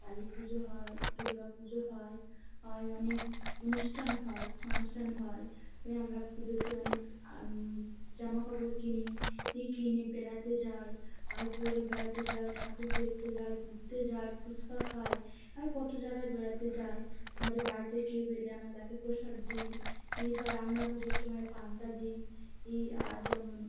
কালী পুজো হয় দুর্গা পুজো হয় আর অনেক অনুষ্ঠান হয় ফাংশান হয় ওই আমরা পুজোতে অনেক জামা কাপড় কিনি কিনে বেড়াতে যাই আ পড়ে বেড়াতে যায় ঠাকুর দেখতে যাই ঘুরতে যাই ফুচকা খাই আর কত জায়গায় বেড়াতে যায় আমাদের বাড়িতে কেউ বেলে আমরা তাকে প্রসাদ দিই বা রান্না পুজোর সময় পান্তা দিই আর যেমন